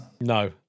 No